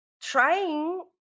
trying